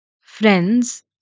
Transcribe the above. Friends